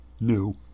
new